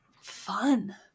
fun